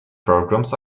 programs